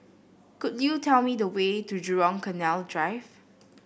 could you tell me the way to Jurong Canal Drive